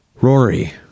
Rory